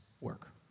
work